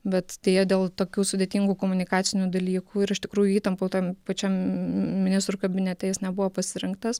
bet deja dėl tokių sudėtingų komunikacinių dalykų ir iš tikrųjų įtampų tam pačiam ministrų kabinete jis nebuvo pasirinktas